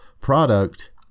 product